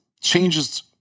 changes